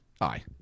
Aye